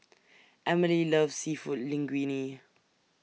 Amelie loves Seafood Linguine